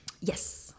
Yes